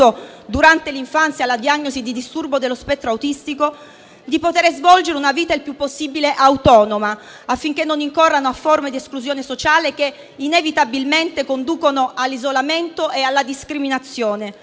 durante l'infanzia la diagnosi di disturbo dello spettro autistico di poter svolgere una vita il più possibile autonoma, affinché non incorrano in forme di esclusione sociale che inevitabilmente conducono all'isolamento e alla discriminazione.